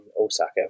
Osaka